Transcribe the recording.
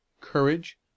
courage